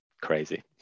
Crazy